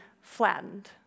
flattened